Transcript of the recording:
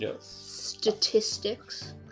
statistics